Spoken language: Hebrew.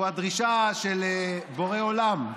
הוא הדרישה של בורא עולם.